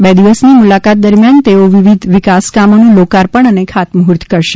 બે દિવસની મુલાકાત દરમિયાન તેઓ વિવિધ વિકા કામોનું લોકાર્પણ અને ખાતમુહૂર્ત કરશે